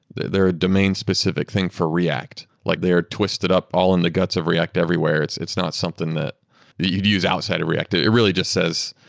they're a domain-specific thing for react like they are twisted up all in the guts of react everywhere. it's it's not something that you'd use outside of react. it it really just says,